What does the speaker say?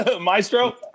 maestro